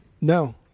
No